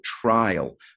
trial